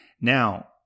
Now